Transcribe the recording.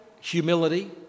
humility